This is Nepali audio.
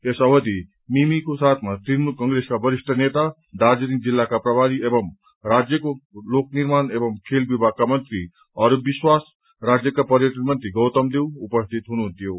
यस अवधि मिमीको साथमा तृणमूल कंग्रेसका वरिष्ठ नेता दार्जीलिङ जिल्लाका प्रभारी एवं राज्यको लोक निर्माण एवं खेल विभागका मन्त्री अरूप विश्वास राज्यका पर्यटन मन्त्री गौतम देव उपस्थित हुनुहुन्थ्यो